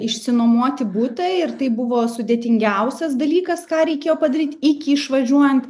išsinuomoti butą ir tai buvo sudėtingiausias dalykas ką reikėjo padaryt iki išvažiuojant